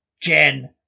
Jen